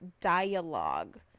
dialogue